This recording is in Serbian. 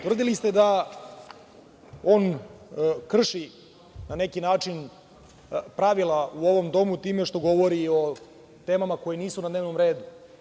Tvrdili ste da on krši na neki način pravila u ovom domu time što govori o temama koje nisu na dnevnom redu.